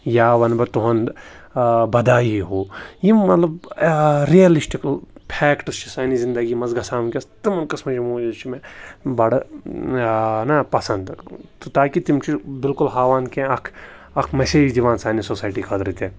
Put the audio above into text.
یا وَنہٕ بہٕ تُہُنٛد بدھایی ہو یِم مطلب رِیَلِسٹِک فٮ۪کٹٕس چھِ سانہِ زندگی منٛز گژھان وٕنۍکٮ۪س تٕمَن قٕسمَن ہِنٛدۍ موٗجوٗب چھِ مےٚ بڑٕ نا پَسنٛد تہٕ تاکہِ تِم چھِ بلکل ہاوان کہِ اَکھ اَکھ مَسیج دِوان سانہِ سوسایٹی خٲطرٕ تہِ